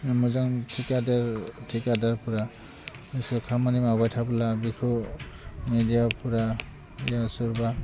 मोजां थिखादार थिखादारफोरासो खामानि मावबाय थाबोला बिखौ मेडियाफोरा सोरबा